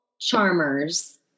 charmers